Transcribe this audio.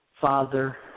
Father